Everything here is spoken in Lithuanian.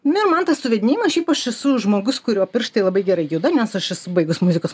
ne man tas suvedinėjimas šiaip aš esu žmogus kurio pirštai labai gerai juda nes aš esu baigus muzikos